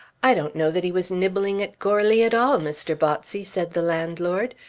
i don't know that he was nibbling at goarly at all, mr. botsey, said the landlord.